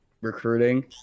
recruiting